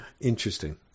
interesting